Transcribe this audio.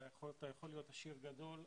שאתה יכול להיות עשיר גדול,